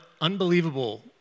unbelievable